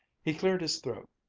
he cleared his throat,